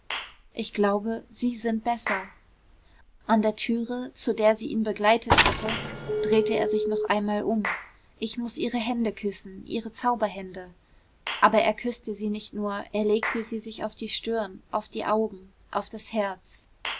ich glaube sie sind besser an der türe zu der sie ihn begleitet hatte drehte er sich noch einmal um ich muß ihre hände küssen ihre zauberhände aber er küßte sie nicht nur er legte sie sich auf die stirn auf die augen auf das herz